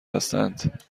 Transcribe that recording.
هستند